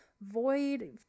void